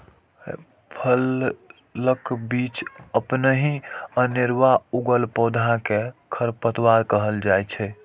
फसलक बीच अपनहि अनेरुआ उगल पौधा कें खरपतवार कहल जाइ छै